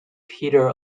peter